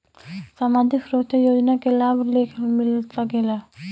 सामाजिक सुरक्षा योजना के लाभ के लेखा मिल सके ला?